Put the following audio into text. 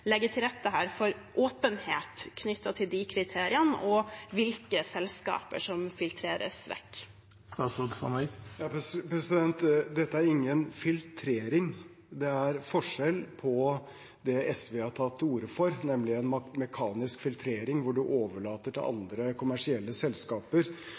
legge til rette for åpenhet knyttet til de kriteriene og til hvilke selskaper som filtreres vekk? Dette er ingen filtrering. Det er forskjell på det SV har tatt til orde for, nemlig en mekanisk filtrering hvor man overlater til